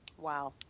Wow